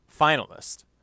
finalist